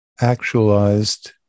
actualized